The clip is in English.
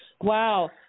wow